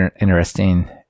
interesting